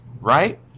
right